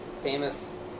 famous